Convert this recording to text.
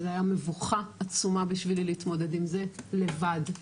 וזה היה מבוכה עצומה בשבילי להתמודד עם זה לבד,